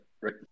right